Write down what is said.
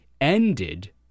ended